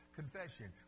confession